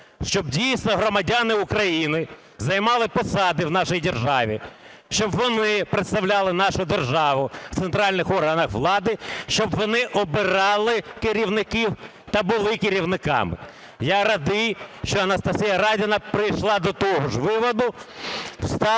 щоб дійсно громадяни України займали посади в нашій державі, щоб вони представляли нашу державу в центральних органах влади, щоб вони обирали керівників та були керівниками. Я радий, що Анастасія Радіна прийшла до того ж виводу,